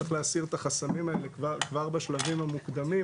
צריך להסיר את החסמים האלה כבר בשלבים המוקדמים,